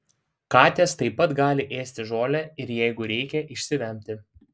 katės taip pat gali ėsti žolę ir jeigu reikia išsivemti